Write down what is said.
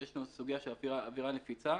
יש כאן סוגיה של אווירה נפיצה,